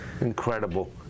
Incredible